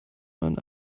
man